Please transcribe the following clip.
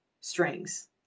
strings